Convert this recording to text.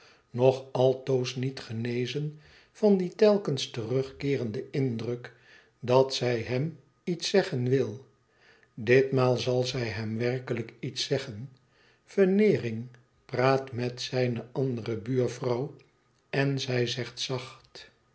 nog altoos niet genezen van dien telkens terugkeerenden indruk dat zij hem iets zeggen wil ditmaal zal zij hem werkelijk iets zeggen veneering praat met zijne andere buurvrouw en zij zegt zacht